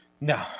No